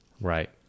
Right